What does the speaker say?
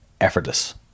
effortless